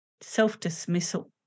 self-dismissal